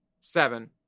seven